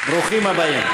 ברוכים הבאים.